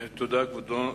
תודה, כבודו.